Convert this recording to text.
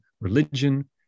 religion